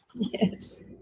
Yes